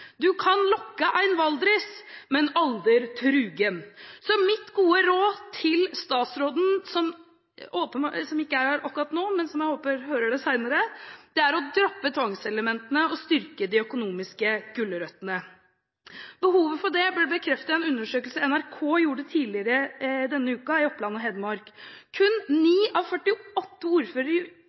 kan lokke ein valdris, men alder trugen.» Mitt gode råd til statsråden, som ikke er her akkurat nå, men som jeg håper hører det senere, er å droppe tvangselementene og styrke de økonomiske gulrøttene. Behovet for det ble bekreftet i en undersøkelse NRK gjorde tidligere denne uken i Oppland og Hedmark. Kun 9 av 48